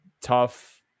tough